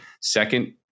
Second